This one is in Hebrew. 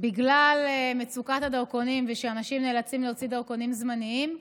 שבגלל מצוקת הדרכונים ושאנשים נאלצים להוציא דרכונים זמניים,